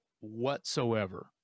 whatsoever